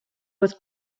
was